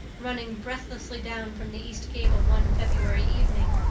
running breathlessly down from the east gable one february evening.